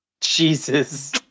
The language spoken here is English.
Jesus